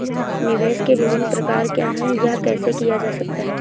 निवेश के विभिन्न प्रकार क्या हैं यह कैसे किया जा सकता है?